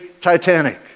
Titanic